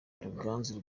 ruganzu